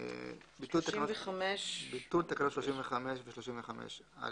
ביטול תקנות 35 ו-35א